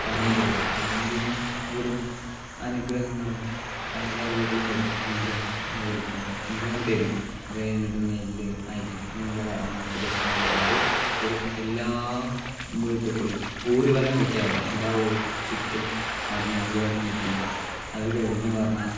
തറയും ഭൂതവും തറയും ഭൂതം വരും അനുഗ്രഹങ്ങളും എല്ലാ വീട്ടിലും വരും അനുഗ്രഹം മേടിക്കും അനുഗ്രഹം തരും അത് കഴിഞ്ഞിട്ട് നെല്ല് അരി ഇങ്ങനെയുള്ള കാര്യങ്ങളൊക്കെ ദക്ഷിണ ചോദിച്ച് ഇവര് എല്ലാ വീട്ടിൽ കുടിം ഊര് വലം വയ്ക്കുക പറയും എല്ലാ വി ചുറ്റും നടന്ന് ഊര് വലം വക്കും അത് കഴിഞ്ഞ് പറഞ്ഞാൽ